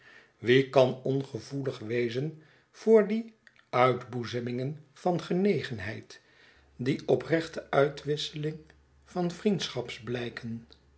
wie kan ongevoelig wezen voor die uitboezemingen van genegenheid die oprechte uitwisseling van